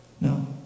No